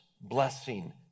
blessing